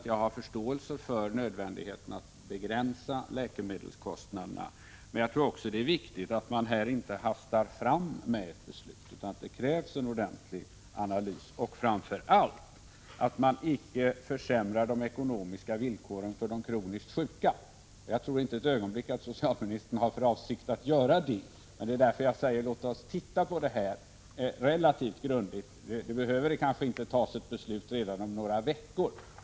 Jag har förståelse för nödvändigheten att begränsa läkemedelskostnaderna, men jag tror att det är viktigt att man här inte hastar fram med beslutet — det krävs en ordentlig analys. Framför allt är det viktigt att man inte försämrar de ekonomiska villkoren för de kroniskt sjuka. Jag tror inte ett ögonblick att socialministern har för avsikt att göra det, och det är därför jag säger: Låt oss titta på detta relativt grundligt! Man behöver kanske inte fatta ett beslut redan om några veckor.